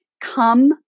come